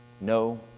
no